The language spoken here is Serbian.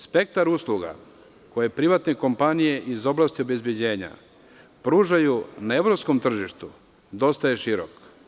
Spektar usluga koje privatne kompanije iz oblasti obezbeđenja pružaju na evropskom tržištu dosta je širok.